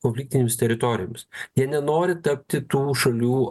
konfliktinėms teritorijoms jie nenori tapti tų šalių